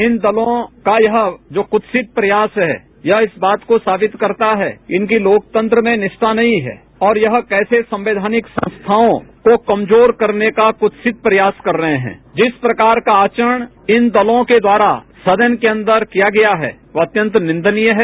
इन दलों का यह जो कृत्सित प्रयास है यह इस बात को साबित करता है इनकी लोकतंत्र में निष्ठा नहीं है और यह कैसे सवैघानिक संस्थाओं को कमजोर करने का कुत्सित प्रयास कर रहे हैं जिस प्रकार का आवरण इन दलों के द्वारा सदन के अंदर किया गया है वह अत्यंत निंदनीय है